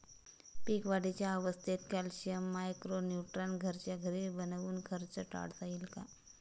पीक वाढीच्या अवस्थेत calcium, micro neutron घरच्या घरी बनवून खर्च टाळता येईल का?